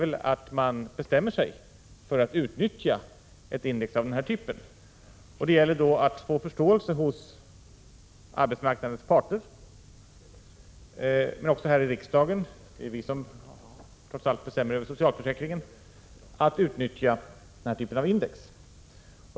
1986/87:29 bestämmer sig för att utnyttja ett index av den här typen. Det gäller då att få 19 november 1986 förståelse hos arbetsmarknadens parter eller också här i riksdagen — det är vi = dm oro som trots allt bestämmer över socialförsäkringen — för att utnyttja denna typ av index.